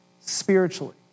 spiritually